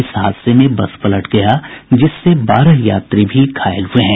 इस हादसे में बस पलट गया जिससे बारह यात्री भी घायल हुए हैं